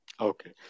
Okay